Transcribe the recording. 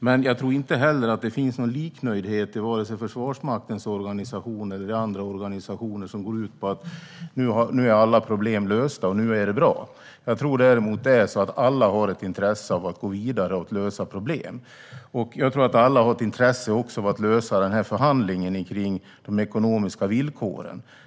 Men jag tror inte heller att det finns någon liknöjdhet i vare sig Försvarsmaktens organisation eller i andra organisationer som går ut på att alla problem är lösta och att det nu är bra. Däremot tror jag att alla har ett intresse av att gå vidare och lösa problemen. Alla har nog också ett intresse av att lösa förhandlingen om de ekonomiska villkoren.